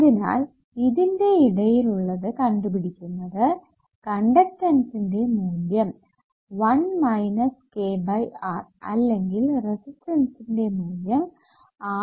അതിനാൽ ഇതിന്റെ ഇടയിൽ ഉള്ളത് കണ്ടുപിടിക്കുന്നത് കണ്ടക്ടൻസ്സിന്റെ മൂല്യം 1 kR അല്ലെങ്കിൽ റെസിസ്റ്റൻസിന്റെ മൂല്യം R1 k